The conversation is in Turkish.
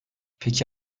peki